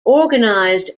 organized